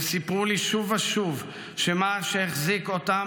הם סיפרו לי שוב ושוב שמה שהחזיק אותם